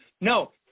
No